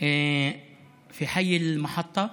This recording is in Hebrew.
(אומר בערבית: בשכונת הרכבת)